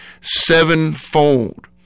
sevenfold